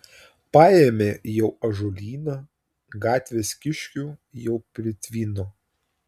paėmė jau ąžuolyną gatvės kiškių jau pritvino